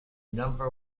number